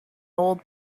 old